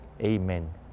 Amen